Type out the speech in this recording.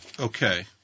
Okay